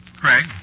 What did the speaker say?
Craig